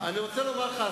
אני רוצה לומר לך,